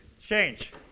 Change